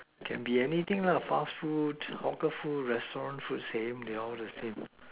can be anything lah fast food hawker food restaurant food same they all the same